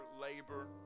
labor